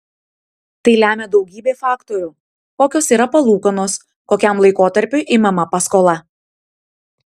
tai lemia daugybė faktorių kokios yra palūkanos kokiam laikotarpiui imama paskola